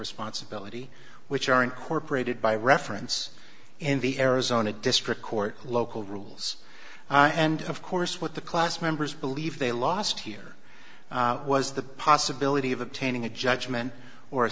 responsibility which are incorporated by reference in the arizona district court local rules and of course what the class members believe they lost here was the possibility of obtaining a judgment or a